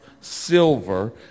silver